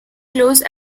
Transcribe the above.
close